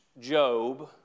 Job